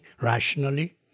rationally